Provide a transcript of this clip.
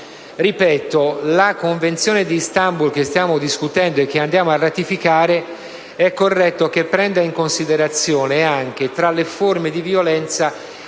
la Convenzione di Istanbul, che stiamo discutendo e che andiamo a ratificare, prenda in considerazione, tra le forme di violenza,